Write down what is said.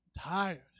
Tired